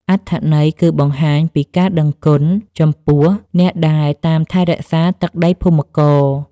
អត្ថន័យគឺបង្ហាញពីការដឹងគុណចំពោះអ្នកដែលតាមថែរក្សាទឹកដីភូមិករ។